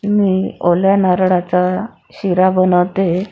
मी ओल्या नारळाचा शिरा बनवते